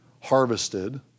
harvested